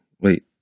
wait